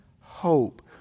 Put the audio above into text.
hope